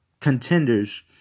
contenders